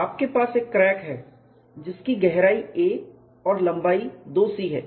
आपके पास एक क्रैक है जिसकी गहराई a और लंबाई 2c है